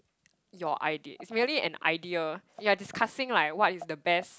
your idea it's merely an idea you're discussing like what is the best